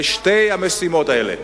לשתי המשימות האלה.